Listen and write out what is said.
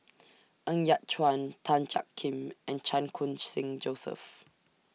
Ng Yat Chuan Tan Jiak Kim and Chan Khun Sing Joseph